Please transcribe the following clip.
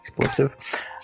explosive